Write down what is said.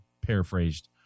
paraphrased